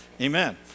Amen